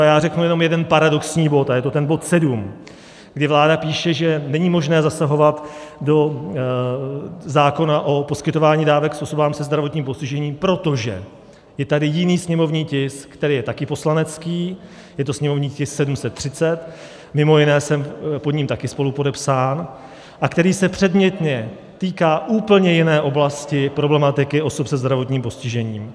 A já řeknu jenom jeden paradoxní bod, a je to ten bod 7, kdy vláda píše, že není možné zasahovat do zákona o poskytování dávek osobám se zdravotním postižením, protože je tady jiný sněmovní tisk, který je taky poslanecký, je to sněmovní tisk 730, mimo jiné jsem pod ním taky spolupodepsán, a který se předmětně týká úplně jiné oblasti problematiky osob se zdravotním postižením.